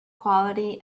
quality